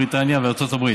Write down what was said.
בריטניה וארצות הברית,